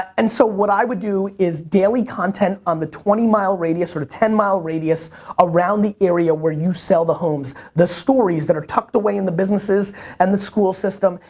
and so what i would do is daily content on the twenty mile radius or sort of ten mile radius around the area where you sell the homes. the stories that are tucked away in the businesses and the school system,